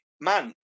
man